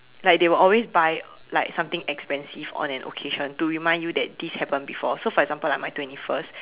like they will always buy like something expensive on an occasion to remind you that this happened before so for example like my my twenty first